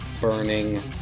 burning